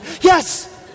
yes